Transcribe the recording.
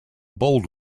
bold